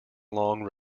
long